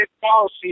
policy